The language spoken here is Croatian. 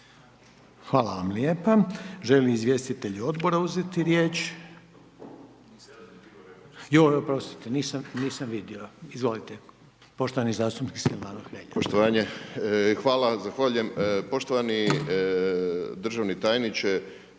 Hvala vam lijepa. Žele li izvjestitelji Odbora uzeti riječ? Joj oprostite, nisam vidio, izvolite, poštovani zastupnik Silvano Hrelja. **Hrelja, Silvano (HSU)** Poštovanje,